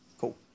cool